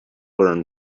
learn